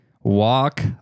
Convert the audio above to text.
walk